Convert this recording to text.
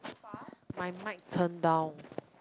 my mic turned down